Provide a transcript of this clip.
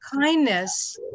kindness